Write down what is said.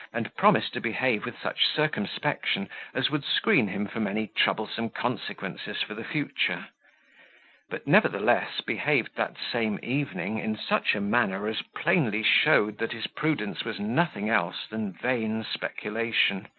and promised to behave with such circumspection as would screen him from any troublesome consequences for the future but, nevertheless, behaved that same evening in such a manner as plainly showed that his prudence was nothing else than vain speculation.